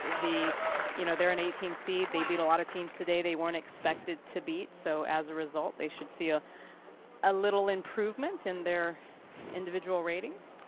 you know they're an eighteen seed. they beat a lot of teams today they weren't expected to beat, so as a result they should see ah a little improvement in their individual ratings.